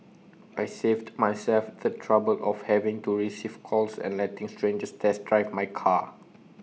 I saved myself the trouble of having to receive calls and letting strangers test drive my car